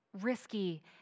risky